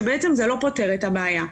ובעצם זה לא פותר את הבעיה.